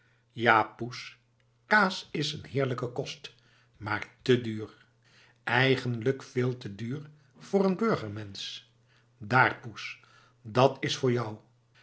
ja poes kaas is een heerlijke kost maar te duur eigenlijk veel te duur voor een burgermensch dààr poes dat is voor jou